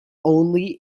only